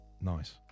Nice